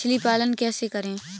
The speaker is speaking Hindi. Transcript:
मछली पालन कैसे करें?